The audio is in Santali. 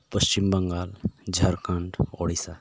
ᱯᱚᱪᱷᱤᱢ ᱵᱟᱝᱜᱟᱞ ᱡᱷᱟᱲᱠᱷᱚᱸᱰ ᱳᱰᱤᱥᱟ